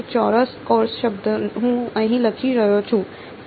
તેથી આ ચોરસ કૌંસ શબ્દ હું અહીં લખી રહ્યો છું